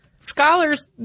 Scholars